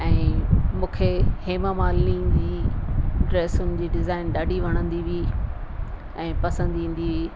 ऐं मूंखे हेमा मालिनी ऐं ड्रेसियुनि जी डिज़ाइन ॾाढी वणंदी हुई ऐं पसंदि ईंदी हुई